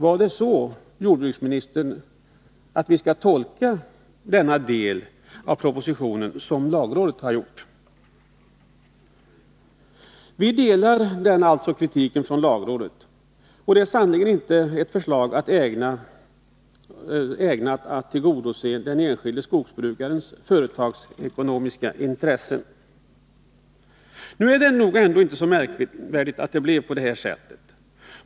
Är det så, jordbruksministern, att vi skall tolka denna del av propositionen som lagrådet har gjort? Vi delar alltså denna kritik från lagrådet. Det är sannerligen inte ett förslag ägnat att tillgodose den enskilde skogsbrukarens företagsekonomiska intressen. Det är nog inte så märkligt att det blev på detta sätt.